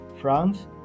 France